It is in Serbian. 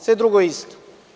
Sve drugo je isto.